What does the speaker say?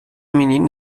menino